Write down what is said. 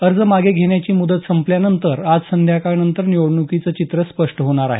अर्ज मागे घेण्याची मुदत संपल्यावर आज संध्याकाळनंतर निवडणुकीचं चित्र स्पष्ट होणार आहे